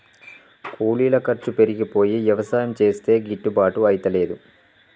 కూలీల ఖర్చు పెరిగిపోయి యవసాయం చేస్తే గిట్టుబాటు అయితలేదు